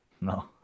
No